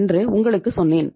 என்று உங்களுக்குச் சொன்னேன்